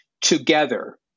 together